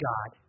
God